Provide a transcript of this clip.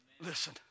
Listen